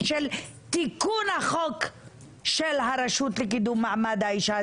של תיקון החוק של הרשות לקידום מעמד האישה,